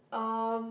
um